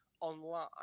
online